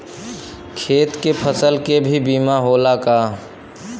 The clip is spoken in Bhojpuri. खेत के फसल के भी बीमा होला का?